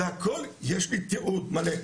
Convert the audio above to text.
להכל יש לי תיעוד מלא.